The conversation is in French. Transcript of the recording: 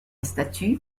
statue